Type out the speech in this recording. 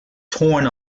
torn